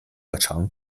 课程